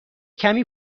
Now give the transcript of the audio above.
کمی